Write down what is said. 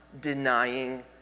denying